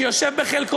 שחלקו יושב כאן,